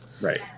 right